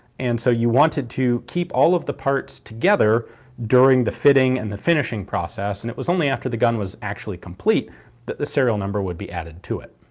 and so you wanted to keep all of the parts together during the fitting and the finishing process. and it was only after the gun was actually complete that the serial number would be added to it.